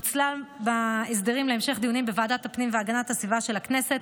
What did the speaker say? ופוצלה בהסדרים להמשך דיונים בוועדת הפנים והגנת הסביבה של הכנסת.